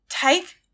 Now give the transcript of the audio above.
Take